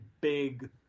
big